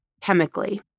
chemically